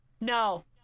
No